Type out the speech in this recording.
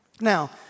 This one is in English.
Now